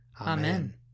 Amen